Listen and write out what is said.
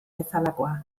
bezalakoa